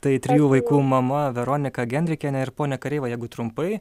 tai trijų vaikų mama veronika genrikienė ir pone kareiva jeigu trumpai